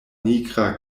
nigra